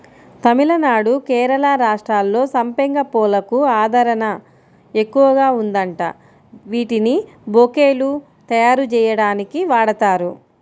తమిళనాడు, కేరళ రాష్ట్రాల్లో సంపెంగ పూలకు ఆదరణ ఎక్కువగా ఉందంట, వీటిని బొకేలు తయ్యారుజెయ్యడానికి వాడతారు